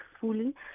fully